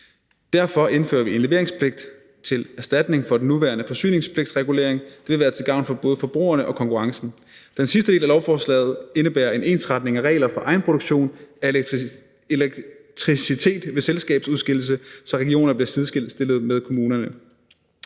Derfor indfører vi en leveringspligt som erstatning for den nuværende forsyningspligtsregulering. Det ville være til gavn for både forbrugerne og konkurrencen. Den sidste del af lovforslaget indebærer en ensretning af regler for egenproduktion af elektricitet ved selskabsudskillelse, så regioner bliver sidestillet med kommuner.